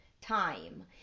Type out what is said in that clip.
time